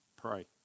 pray